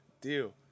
deal